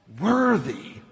worthy